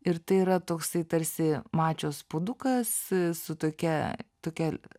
ir tai yra toksai tarsi mačios puodukas su tokia tokia